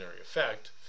effect